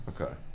Okay